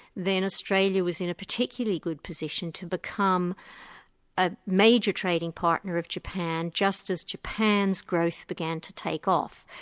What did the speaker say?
then australia was in a particularly good position to become a major trading partner of japan, just as japan's growth began to take off.